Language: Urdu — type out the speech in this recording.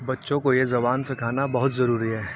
بچوں کو یہ زبان سکھانا بہت ضروری ہے